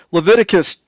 Leviticus